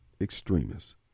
extremists